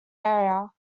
area